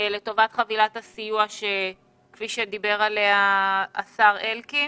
לטובת חבילת הסיוע כפי שדיבר עליה השר אלקין.